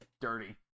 dirty